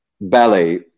ballet